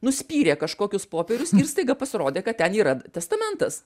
nuspyrė kažkokius popierius ir staiga pasirodė kad ten yra testamentas